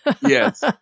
Yes